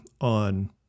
on